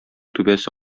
түбәсе